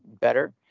better